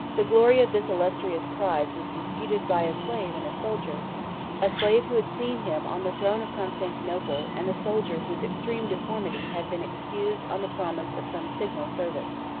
the glory of this illustrious prize was disputed by a slave and a soldier a slave who had seen him on the throne of constantinople, and a soldier whose extreme deformity had been excused on the promise of some signal service.